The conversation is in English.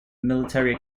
military